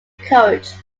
coached